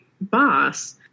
boss